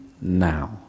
now